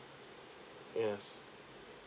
yes